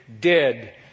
dead